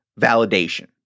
validation